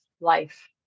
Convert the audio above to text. life